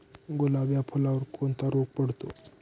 गुलाब या फुलावर कोणता रोग पडतो?